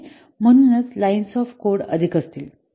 तर म्हणूनच lines of code अधिक असतील